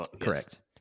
Correct